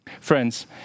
Friends